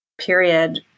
period